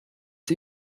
sie